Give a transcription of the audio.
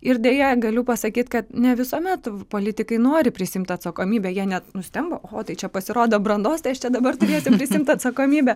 ir deja galiu pasakyt kad ne visuomet politikai nori prisiimt atsakomybę jie net nustemba o tai čia pasirodo brandos tai aš čia dabar turėsiu prisiimt atsakomybę